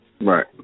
Right